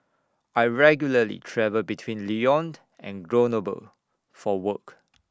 I regularly travel between Lyon and Grenoble for work